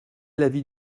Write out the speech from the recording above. l’avis